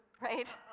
right